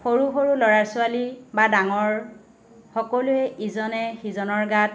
সৰু সৰু ল'ৰা ছোৱালী বা ডাঙৰ সকলোৱে ইজনে সিজনৰ গাত